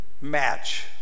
match